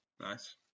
nice